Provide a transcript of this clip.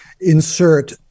insert